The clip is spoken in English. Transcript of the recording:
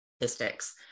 statistics